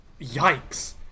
Yikes